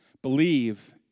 Believe